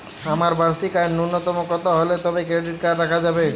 আমার বার্ষিক আয় ন্যুনতম কত হলে তবেই ক্রেডিট কার্ড রাখা যাবে?